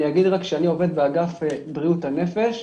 אני עובד באגף בריאות הנפש.